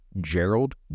Gerald